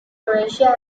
croatia